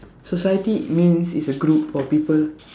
society means it's a group of people